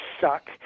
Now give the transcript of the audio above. suck